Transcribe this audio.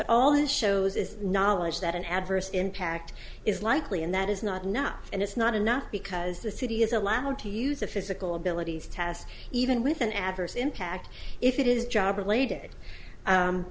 all it shows is knowledge that an adverse impact is likely and that is not enough and it's not enough because the city is allowed to use a physical abilities test even with an adverse impact if it is job related